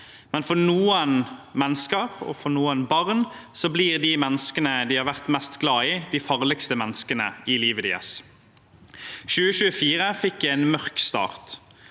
men for noen mennesker og for noen barn blir de menneskene de har vært mest glad i, de farligste menneskene i livet deres. Året 2024 fikk en mørk start.